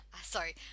sorry